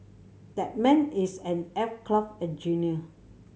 that man is an aircraft engineer